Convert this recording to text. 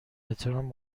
احترام